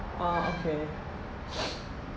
ah okay